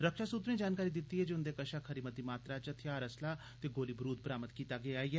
रक्षा सूत्रें जानकारी दिती ऐ जे उंदे कषा खरी मती मात्रा च हथियार असलाह ते गोलीबरूद बी बरामद कीता गेआ ऐ